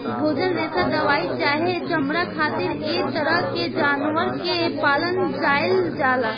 भोजन, रेशा दवाई चाहे चमड़ा खातिर ऐ तरह के जानवर के पालल जाइल जाला